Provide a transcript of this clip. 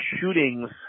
shootings